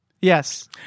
Yes